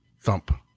thump